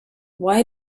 why